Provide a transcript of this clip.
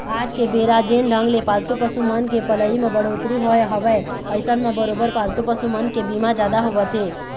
आज के बेरा जेन ढंग ले पालतू पसु मन के पलई म बड़होत्तरी होय हवय अइसन म बरोबर पालतू पसु मन के बीमा जादा होवत हे